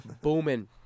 booming